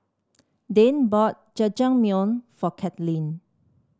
Dayne bought Jajangmyeon for Katlyn